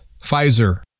Pfizer